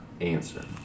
answer